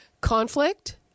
conflict